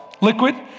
liquid